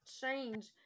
change